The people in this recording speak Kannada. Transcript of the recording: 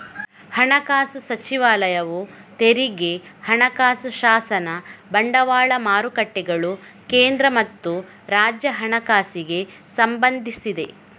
ಹಣಕಾಸು ಸಚಿವಾಲಯವು ತೆರಿಗೆ, ಹಣಕಾಸು ಶಾಸನ, ಬಂಡವಾಳ ಮಾರುಕಟ್ಟೆಗಳು, ಕೇಂದ್ರ ಮತ್ತು ರಾಜ್ಯ ಹಣಕಾಸಿಗೆ ಸಂಬಂಧಿಸಿದೆ